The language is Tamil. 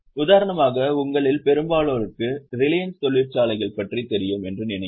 உதாரணமாக உங்களில் பெரும்பாலோருக்கு ரிலையன்ஸ் தொழிற்சாலைகள் பற்றி தெரியும் என்று நினைக்கிறேன்